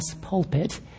pulpit